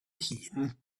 hŷn